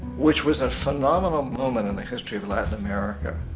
which was a phenomenal moment in the history of latin america.